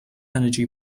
energy